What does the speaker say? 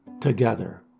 together